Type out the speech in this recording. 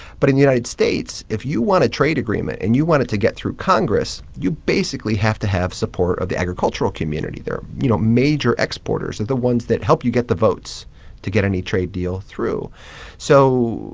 but in the united states, if you want a trade agreement and you want it to get through congress, you basically have to have support of the agricultural community. they're, you know, major exporters. they're the ones that help you get the votes to get any trade deal through so,